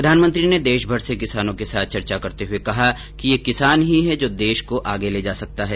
प्रधानमंत्री ने देशभर से किसानों के साथ चर्चा करते हुए कहा कि ये किसान ही है जो देश को आगे ले जा सकता है